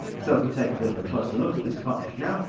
so, if we take a bit of a closer look at this cartridge now,